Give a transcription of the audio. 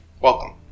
Welcome